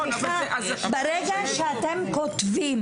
ברגע שאתם כותבים